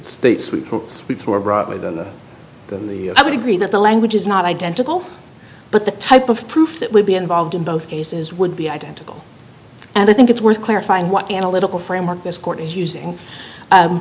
the i would agree that the language is not identical but the type of proof that would be involved in both cases would be identical and i think it's worth clarifying what analytical framework this court is using